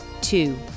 two